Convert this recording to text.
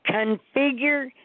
Configure